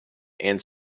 and